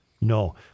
No